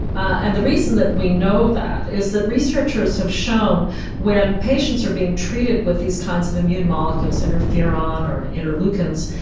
and the reason that we know that is that researchers have shown that when patients are being treated with these kinds of immune molecules, interferon or interleukins,